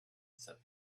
said